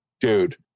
Dude